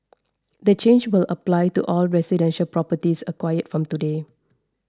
the change will apply to all residential properties acquired from today